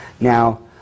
Now